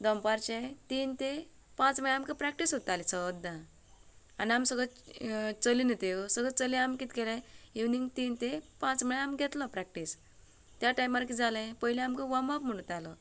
दनपारचे तीन ते पांच म्हळ्यार आमकां प्रेक्टीस उरताली सद्दां आनी आमी सगळीं चलयो न्ही त्यो सो चलयांनी आमी कितें केलें इवनिंग तीन ते पांच म्हळ्यार आमकां घेतलो प्रेक्टीस त्या टायमार कितें जालें पयली आमकां वॉर्म अप म्हूण दितालो